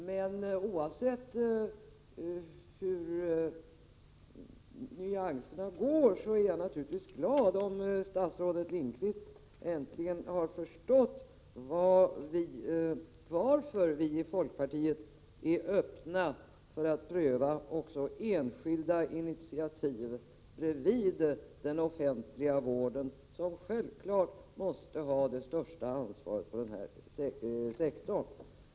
Men oavsett nyanserna är jag naturligtvis glad om statsrådet Lindqvist äntligen har förstått varför vi i folkpartiet är öppna för att pröva också enskilda initiativ bredvid den offentliga vården, som självfallet måste ha det största ansvaret för den berörda sektorn.